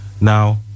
Now